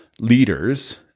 leaders